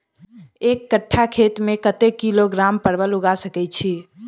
एक कट्ठा खेत मे कत्ते किलोग्राम परवल उगा सकय की??